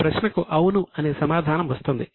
ఈ ప్రశ్నకు అవును అనే సమాధానం వస్తుంది